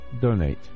donate